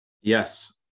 Yes